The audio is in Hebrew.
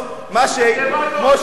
אתם רק אוכלים דבש פה.